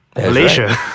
Malaysia